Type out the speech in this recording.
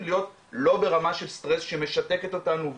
לא ברמה של סטרס שמשתקת אותנו,